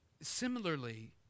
Similarly